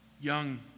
young